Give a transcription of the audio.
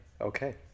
Okay